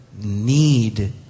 need